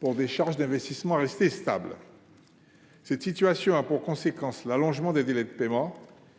pour des charges d'investissement restées stables. Cette situation a pour conséquence l'allongement des délais de paiement.